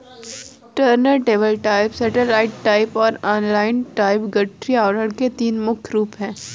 turntable type, satellite type और inline type गठरी आवरण के तीन मुख्य रूप है